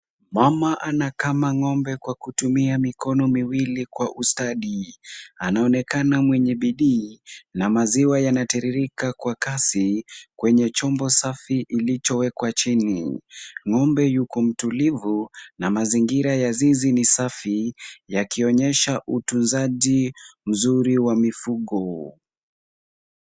Mama anakama ng'ombe kwa kutumia mikono miwili kwa ustadi. Anaonekana mwenye bidii na maziwa yanatiririka kwa kasi, kwenye chombo safi ilichowekwa chini. Ng'ombe yuko mtulivu na mazingira ya zizi ni safi, yakionyesha utunzaji mzuri wa mifugo.